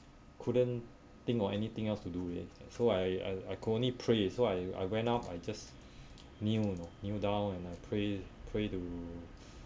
couldn't think of anything else to do it so I I could only pray so I I went up I just kneel you know kneel down and I pray pray to